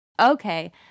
okay